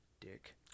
dick